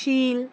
শীল